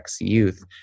youth